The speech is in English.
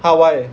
!huh! why